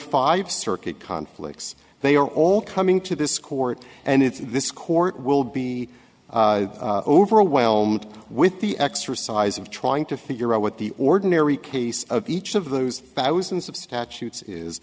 five circuit conflicts they are all coming to this court and it's this court will be overwhelmed with the exercise of trying to figure out what the ordinary case of each of those thousands of statutes is